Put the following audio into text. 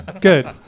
good